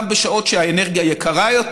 גם בשעות שהאנרגיה יקרה יותר.